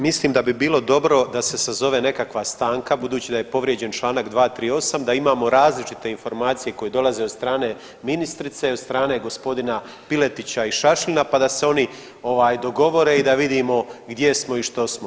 Mislim da bi bilo dobro da se sazove nekakva stanka, budući da je povrijeđen članak 238., da imamo različite informacije koje dolaze od strane ministrice i od strane gospodina Piletića i Šašlina, pa da se oni dogovore i da vidimo gdje smo i što smo.